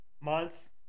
months